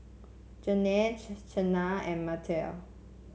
Janel Cena and Mattye